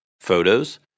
photos